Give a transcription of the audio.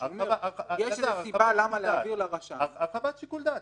יש סיבה למה להעביר לרשם --- הרחבת שיקול דעת,